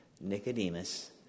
Nicodemus